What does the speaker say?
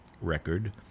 record